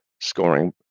scoring